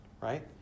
right